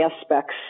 aspects